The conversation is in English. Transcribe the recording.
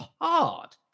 hard